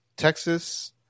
Texas